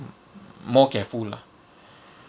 m~ more careful lah